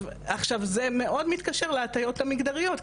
עכשיו זה מאוד מתקשר להטיות המגדריות,